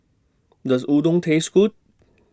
Does Udon Taste Good